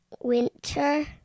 winter